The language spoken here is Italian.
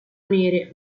nere